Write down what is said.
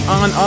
on